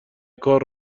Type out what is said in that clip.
کار